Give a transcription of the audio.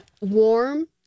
warm